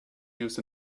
used